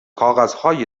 کاغذهای